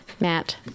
Matt